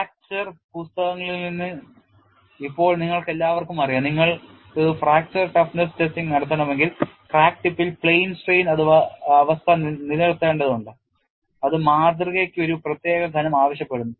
fracture പുസ്തകങ്ങളിൽ നിന്ന് ഇപ്പോൾ നിങ്ങൾക്കെല്ലാവർക്കും അറിയാം നിങ്ങൾക്ക് ഫ്രാക്ചർ ടഫ്നെസ് ടെസ്റ്റിംഗ് നടത്തണമെങ്കിൽ ക്രാക്ക് ടിപ്പിൽ പ്ലെയിൻ സ്ട്രെയിൻ അവസ്ഥ നിലനിർത്തേണ്ടതുണ്ട് അത് മാതൃകയ്ക്ക് ഒരു പ്രത്യേക കനം ആവശ്യപ്പെടുന്നു